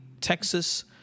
Texas